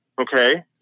okay